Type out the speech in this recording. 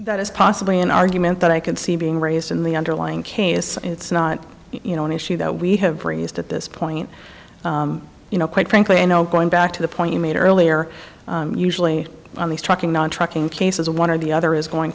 that is possibly an argument that i can see being raised in the underlying case it's not you know an issue that we have raised at this point you know quite frankly you know going back to the point you made earlier usually on these trucking non trucking cases one or the other is going